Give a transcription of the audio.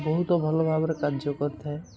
ବହୁତ ଭଲ ଭାବରେ କାର୍ଯ୍ୟ କରିଥାଏ